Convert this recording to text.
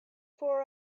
for